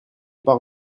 pars